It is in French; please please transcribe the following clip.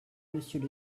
monsieur